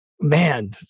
man